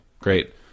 great